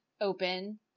open